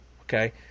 okay